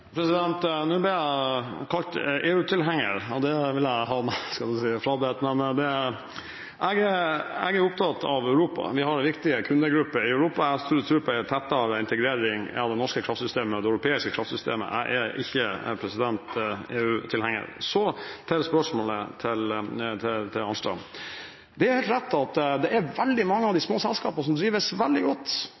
Nå ble jeg kalt EU-tilhenger, og det vil jeg – skulle jeg til å si – ha meg frabedt. Men jeg er opptatt av Europa, vi har viktige kundegrupper i Europa, og jeg har stor tro på en tettere integrering av det norske kraftsystemet i det europeiske kraftsystemet. Jeg er ikke EU-tilhenger. Så til spørsmålet fra Arnstad. Det er helt rett at det er veldig mange av de små selskapene som drives veldig godt,